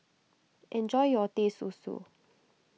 enjoy your Teh Susu